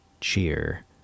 cheer